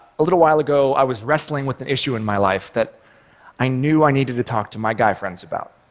little while ago i was wrestling with an issue in my life that i knew i needed to talk to my guy friends about,